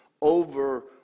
over